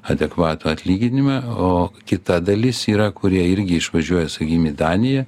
adekvatų atlyginimą o kita dalis yra kurie irgi išvažiuoja sakykim į daniją